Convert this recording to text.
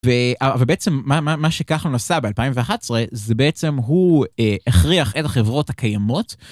בעצם מה מה מה שכחלון עשה ב2011 זה בעצם הוא הכריח את החברות הקיימות.